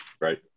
right